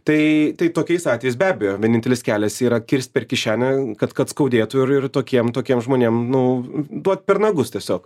tai tai tokiais atvejais be abejo vienintelis kelias yra kirst per kišenę kad kad skaudėtų ir ir tokiem tokiem žmonėm nu duot per nagus tiesiog